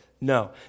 No